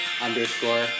underscore